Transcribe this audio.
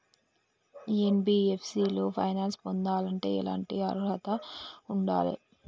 NBFC లో finance పొందాలంటే ఎట్లాంటి అర్హత ఉండాలే?